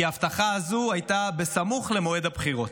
כי ההבטחה הזו הייתה בסמוך למועד הבחירות.